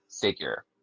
figure